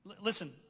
Listen